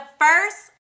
first